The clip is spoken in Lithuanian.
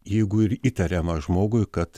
jeigu ir įtariama žmogui kad